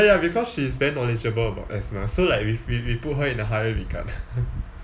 ya because she is very knowledgeable about so like we we we put her in a higher regard